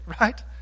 right